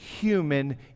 human